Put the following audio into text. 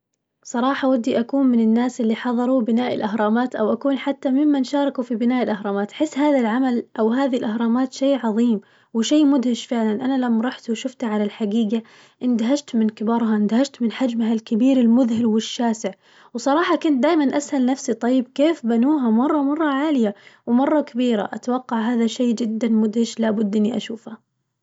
صراحة ودي أكون من الناس اللي حظروا بناء الأهرامات أو أكون حتى ممكن شاركوا في بناء الأهرامات، أحس هذا العمل أو هذي الأهرامات شي عظيم وشي مدهش فعلاً، أنا لما روحت وشوفتها على الحقيقة اندهشت من كبرها، اندهشت من حجمها الكبير المذهل والشاسع، وصراحة كنت دايماً أسأل نفسي طيب كيف بنوها مرة مرة عالية ومرة كبيرة، أتوقع هذا شي جداً مدهش لابد إني أشوفه.